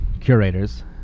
curators